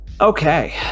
Okay